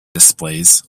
displays